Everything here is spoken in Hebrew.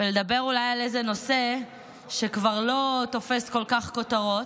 ולדבר אולי על איזה נושא שכבר לא תופס כל כך כותרות.